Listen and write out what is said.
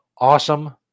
Awesome